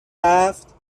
رفت